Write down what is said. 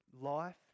life